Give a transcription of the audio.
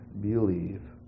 believe